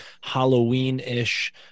Halloween-ish